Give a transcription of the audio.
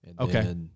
Okay